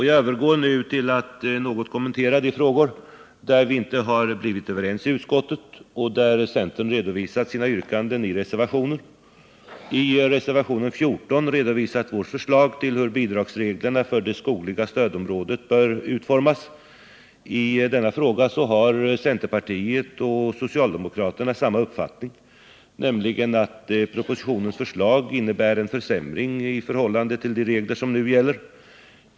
Jag övergår nu till att något kommentera de frågor där vi inte har blivit överens i utskottet och där centern har redovisat sina yrkanden i reservationer. I reservation 14 redovisas vårt förslag till hur bidragsreglerna för det skogliga stödområdet bör utformas. I denna fråga har socialdemokraterna och centerpartiet samma uppfattning, nämligen att propositionens förslag innebär en försämring i förhållande till de regler som nu gäller.